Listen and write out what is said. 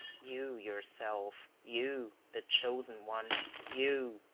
you yourself you, the chosen one you,